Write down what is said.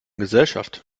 gesellschaft